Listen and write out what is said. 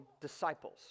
disciples